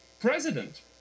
president